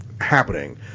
happening